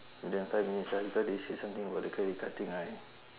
then five minutes after they said something about the credit card thing right